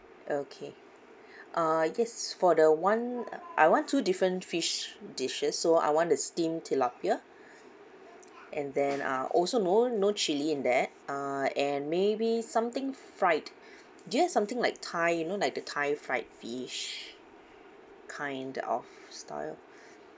okay uh yes for the one I want two different fish dishes so I want the steamed tilapia and then uh also no no chilli in there uh and maybe something fried do you have something like thai you know like the thai fried fish kind of style